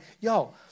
yo